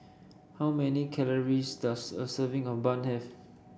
how many calories does a serving of bun have